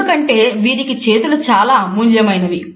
ఎందుకంటే వీరికి చేతులు చాలా అమూల్యమైనవి